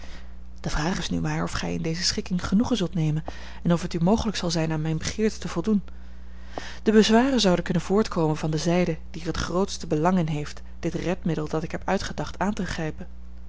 de vraag is nu maar of gij in deze schikking genoegen zult nemen en of het u mogelijk zal zijn aan mijne begeerte te voldoen de bezwaren zouden kunnen voortkomen van de zijde die er het grootste belang in heeft dit redmiddel dat ik heb uitgedacht aan te grijpen